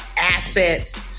assets